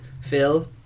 Phil